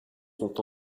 sont